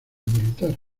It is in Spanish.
militar